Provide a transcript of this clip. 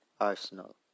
Arsenal